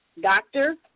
Doctor